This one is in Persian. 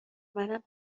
منم